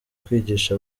kwigisha